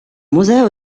museo